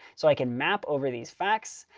so i can map over these facts.